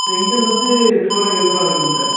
செங்கல் வந்து எட்டுரூவா ஏழுரூவா ஆகுதுங்க சார்